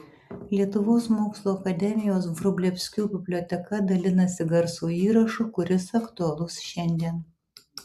lietuvos mokslų akademijos vrublevskių biblioteka dalinasi garso įrašu kuris aktualus šiandien